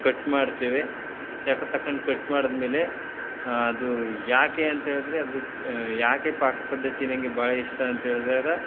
cut ಮಾಡ್ತೇವೆ ಚಾಕು ತಗೊಂಡ್ ಕಟ್ ಮಾಡಿದ್ಮೇಲೆ ಅದು ಯಾಕೆ ಅಂತ್ಹೇಳಿದ್ರೆ ಅದು ಯಾಕೆ ಪಾಕಪದ್ದತಿ ನಿನಗೆ ಭಾಳ ಇಷ್ಟ ಅಂತ್ಹೇಳ್ದಾಗ